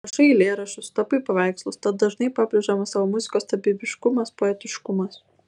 rašai eilėraščius tapai paveikslus tad dažnai pabrėžiamas tavo muzikos tapybiškumas poetiškumas